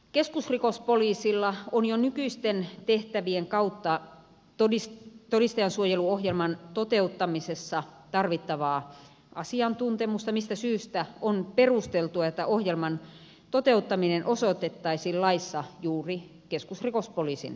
keskusrikospoliisilla on jo nykyisten tehtävien kautta todistajansuojeluohjelman toteuttamisessa tarvittavaa asiantuntemusta mistä syystä on perusteltua että ohjelman toteuttaminen osoitettaisiin laissa juuri keskusrikospoliisin tehtäväksi